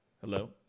Hello